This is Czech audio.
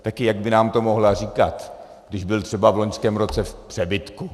Taky jak by nám to mohla říkat, když byl třeba v loňském roce v přebytku?